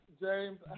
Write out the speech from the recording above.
James